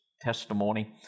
testimony